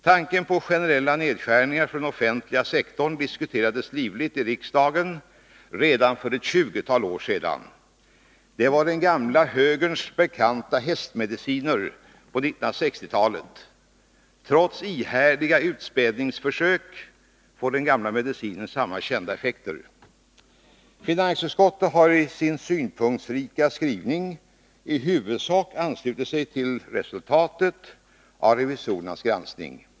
Tanken på generella nedskärningar för den offentliga sektorn diskuterades livligt i riksdagen redan för ett tjugotal år sedan. Det var en av den gamla högerns bekanta hästkurer på 1960-talet. Trots ihärdiga försök att späda ut den gamla medicinen får den samma kända effekter. Finansutskottet har i sin synpunktsrika skrivning i huvudsak anslutit sig till resultatet av revisorernas granskning.